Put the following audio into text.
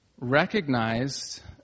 recognized